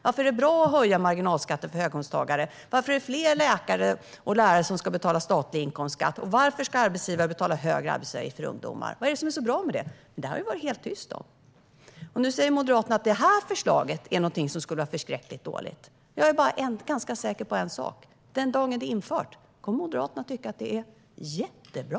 Varför är det bra att höja marginalskatten för höginkomsttagare? Varför är det fler läkare och lärare som ska betala statlig inkomstskatt? Varför ska arbetsgivare betala högre arbetsgivaravgift för ungdomar? Vad är det som är så bra med det? Det har det varit helt tyst om. Nu säger Moderaterna att detta förslag är någonting som skulle vara förskräckligt dåligt. Jag är ganska säker på en sak. Den dagen det är infört kommer Moderaterna att tycka att det är jättebra.